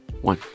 one